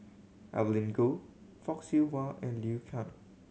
Evelyn Goh Fock Siew Wah and Liu Kang